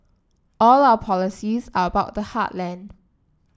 all our policies are about the heartland